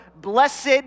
blessed